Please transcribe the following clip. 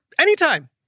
anytime